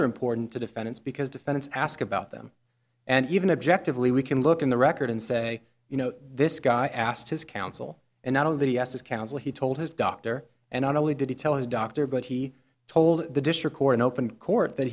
they're important to defendants because defense ask about them and even objectively we can look in the record and say you know this guy asked his counsel and not only asked his counsel he told his doctor and not only did he tell his doctor but he told the district court in open court that